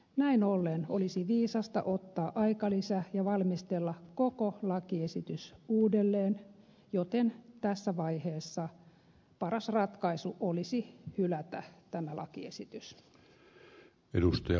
näin ollen olisi viisasta ottaa aikalisä ja valmistella koko lakiesitys uudelleen joten tässä vaiheessa paras ratkaisu olisi hylätä tämä lakiesitys